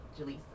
Jalisa